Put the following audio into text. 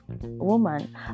woman